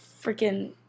freaking